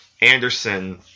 Anderson